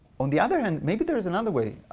on the other hand, maybe there is another way.